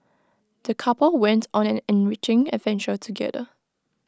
the couple went on an enriching adventure together